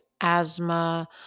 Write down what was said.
asthma